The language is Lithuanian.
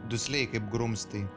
dusliai kaip grumstai